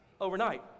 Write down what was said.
overnight